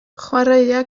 chwaraea